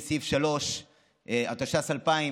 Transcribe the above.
3 לחוק איסור אפליה במתן שירותים ציבוריים,